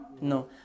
No